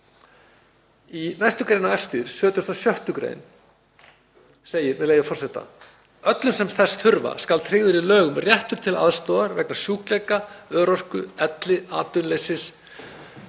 Í næstu grein á eftir, 76. gr. segir, með leyfi forseta: „Öllum, sem þess þurfa, skal tryggður í lögum réttur til aðstoðar vegna sjúkleika, örorku, elli, atvinnuleysis,